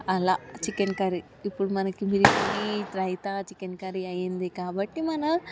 అలా chicken curry ఇప్పుడు మనకి బిర్యానీ రైతా చికెన్ కర్రీ అయింది కాబట్టి మన